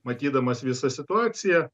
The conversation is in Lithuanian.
matydamas visą situaciją